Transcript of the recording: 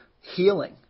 healing